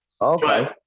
Okay